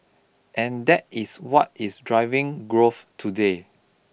and that is what is driving growth today